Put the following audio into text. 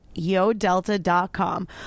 YoDelta.com